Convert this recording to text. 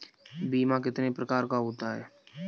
बीमा कितने प्रकार का होता है?